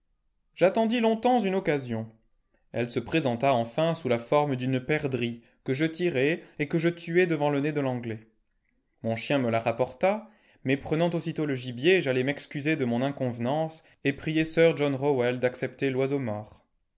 j'attendis longtemps une occasion elle se présenta enfin sous la forme d'une perdrix que je tirai et que je tuai devant le nez de l'anglais mon chien me la rapporta mais prenant aussitôt le gibier j'allai m'excuser de mon inconvenance et prier sir john rowell d'accepter l'oiseau